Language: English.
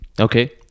Okay